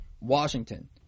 Washington